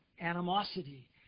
animosity